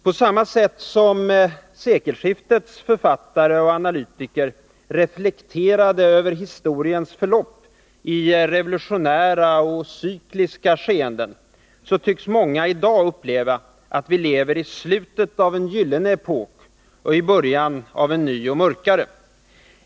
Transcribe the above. På samma sätt som sekelskiftets författare och analytiker reflekterade över 137 historiens förlopp i revolutionära och cykliska skeenden, tycks många i dag uppleva att vi lever i slutet av en gyllene epok och i början av en ny och mörkare.